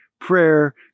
prayer